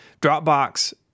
Dropbox